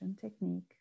technique